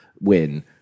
win –